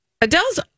Adele's